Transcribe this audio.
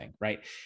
right